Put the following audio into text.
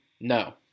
no